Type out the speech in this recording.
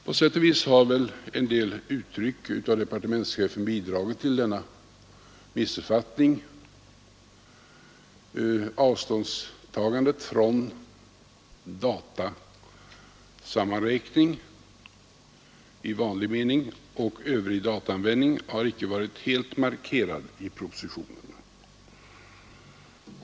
På sätt och vis har väl en del av departementschefens uttryck bidragit till missuppfattningarna. Avståndstagandet från datasammanräkning i vanlig mening och övrig dataanvändning har inte varit helt markerad i propositionen.